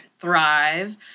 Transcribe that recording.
thrive